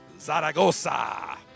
Zaragoza